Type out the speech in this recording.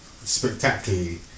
spectacularly